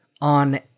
on